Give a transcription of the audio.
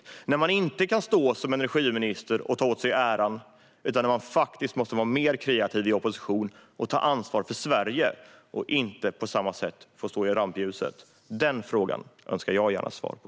Då kan man inte stå som energiminister och ta åt sig äran, utan man måste vara mer kreativ i opposition och ta ansvar för Sverige utan att på samma sätt stå i rampljuset. Den frågan önskar jag gärna svar på.